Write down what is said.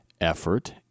effort